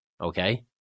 Okay